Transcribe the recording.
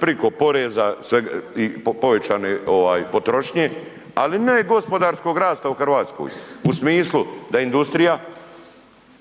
preko poreza, povećane potrošnje ali ne i gospodarskog rasta u Hrvatskoj u smislu da je industrija,